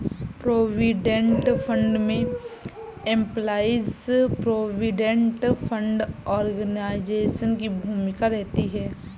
provident fund में employees provident fund organisation की भूमिका रहती है